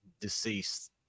deceased